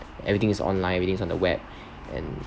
everything is online everything's on the web and